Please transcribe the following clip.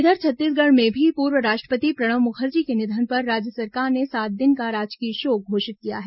इधर छत्तीसगढ़ में भी पूर्व राष्ट्रपति प्रणब मुखर्जी के निधन पर राज्य सरकार ने सात दिन का राजकीय शोक घोषित किया है